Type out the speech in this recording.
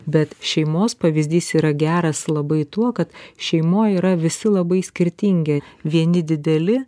bet šeimos pavyzdys yra geras labai tuo kad šeimoj yra visi labai skirtingi vieni dideli